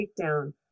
takedown